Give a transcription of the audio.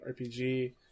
RPG